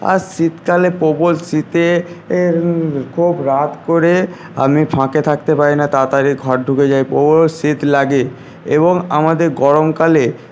আর শীতকালে প্রবল শীতে খুব রাত করে আমি ফাঁকে থাকতে পারি না তাড়াতাড়ি ঘর ঢুকে যাই প্রবল শীত লাগে এবং আমাদের গরমকালে